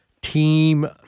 Team